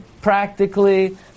practically